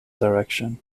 direction